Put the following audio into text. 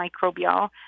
microbial